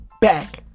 Back